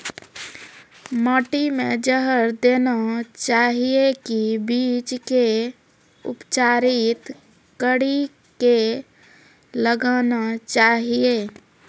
माटी मे जहर देना चाहिए की बीज के उपचारित कड़ी के लगाना चाहिए?